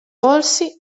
polsi